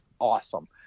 awesome